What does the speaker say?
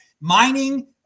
Mining